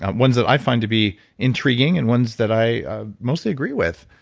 um ones that i find to be intriguing, and ones that i ah mostly agree with.